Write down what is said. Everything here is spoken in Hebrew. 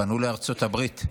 פנו לארצות הברית,